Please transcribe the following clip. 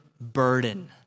burden